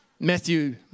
Matthew